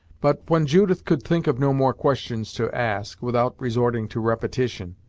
but, when judith could think of no more questions to ask, without resorting to repetition,